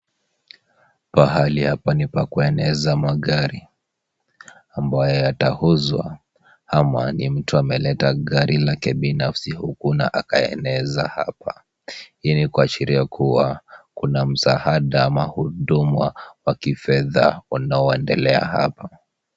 Pahali hapa ni pa kueneza magari ambayo yatauzwa, Ama ni mtu ameleta gari lake binafsi huku na akaeneza hapa. Hii ni kuashiria kuwa kuna msaada ama huduma wa kifedha unaoendelea hapa.